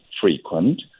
frequent